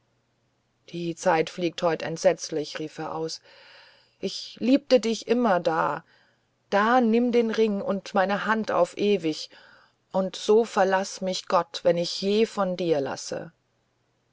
die zeit fliegt heut entsetzlich rief er aus dich liebte ich immerdar da nimm den ring und meine hand auf ewig und so verlaß mich gott wenn ich je von dir lasse